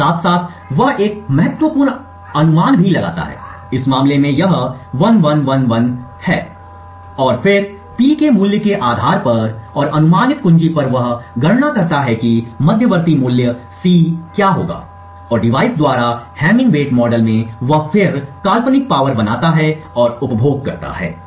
अब साथ साथ वह एक महत्वपूर्ण अनुमान भी लगाता है इस मामले में यह 1111 है और फिर P के मूल्य के आधार पर और अनुमानित कुंजी पर वह गणना करता है कि मध्यवर्ती मूल्य C क्या होगा और डिवाइस द्वारा हैमिंग वेट मॉडल में वह फिर काल्पनिक शक्ति बनाता है और उपभोग करता है